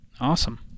awesome